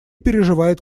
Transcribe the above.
переживает